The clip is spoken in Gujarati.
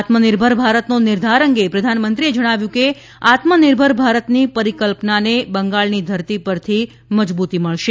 આત્મનિર્ભર ભારતનો નિર્ધાર અંગે પ્રધાનમંત્રીએ જણાવ્યું કે આત્મનિર્ભર ભારતની પરિકલ્પનાને બંગાળની ધરતી પરથી મજબૂતી મળશે